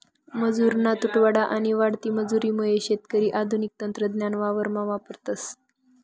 मजुरना तुटवडा आणि वाढती मजुरी मुये शेतकरी आधुनिक तंत्रज्ञान वावरमा वापरतस